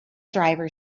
driver